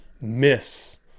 miss